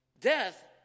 Death